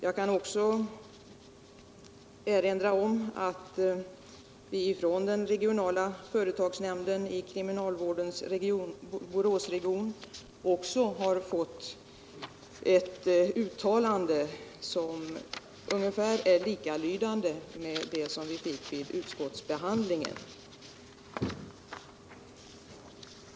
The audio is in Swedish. Jag kan också erinra om att vi från den regionala företagsnämnden i kriminalvårdens Boråsregion har fått ett uttalande som är ungefär likalydande med det vi fick vid utskottsbehandlingen.